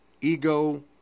ego